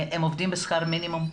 הם עובדים בשכר מינימום,